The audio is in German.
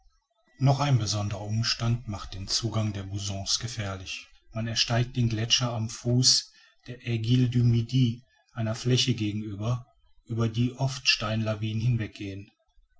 noch ein besonderer umstand macht den zugang der bossons gefährlich man ersteigt den gletscher am fuß der aiguille du midi einer fläche gegenüber über die oft steinlawinen hinweg